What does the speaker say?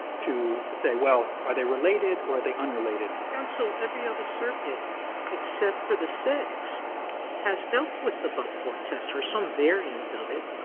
to say, well, are they related or are they unrelated? sotomayor counsel, every other circuit except for the sixth has dealt with the but-for test or some variant of it.